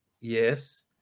Yes